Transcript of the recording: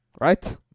Right